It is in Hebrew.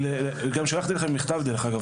גם שלחתי לכם מכתב, דרך אגב.